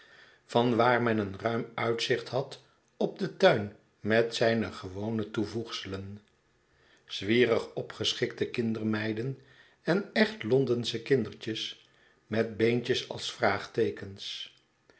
van waar men een ruim uitzicht had op den tuin met zijne gewone toevoegselen zwierig opgeschikte kindermeiden en echtlondensche kindertjes met beentjes als